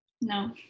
No